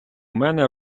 мене